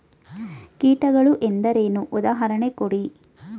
ಕೀಟಗಳು ಎಂದರೇನು? ಉದಾಹರಣೆ ಕೊಡಿ?